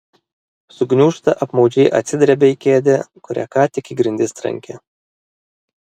sugniūžta apmaudžiai atsidrebia į kėdę kurią ką tik į grindis trankė